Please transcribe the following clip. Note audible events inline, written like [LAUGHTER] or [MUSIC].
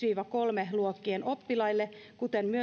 [UNINTELLIGIBLE] viiva kolmannen luokkien oppilaille kuten